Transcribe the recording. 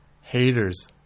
haters